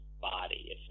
body